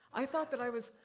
i thought that i was,